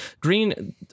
green